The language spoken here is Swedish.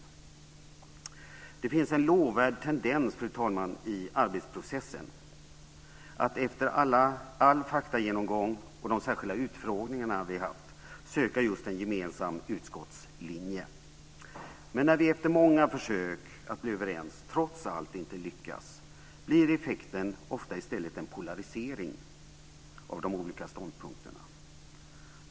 Det finns en lovvärd tendens, fru talman, i arbetsprocessen, och det är att vi efter all faktagenomgång och de särskilda utfrågningar vi haft söker just en gemensam utskottslinje. Men när vi efter många försök att bli överens trots allt inte lyckas blir effekten ofta i stället en polarisering av de olika ståndpunkterna.